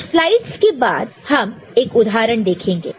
कुछ स्लाइडस के बाद हम एक उदाहरण देखेंगे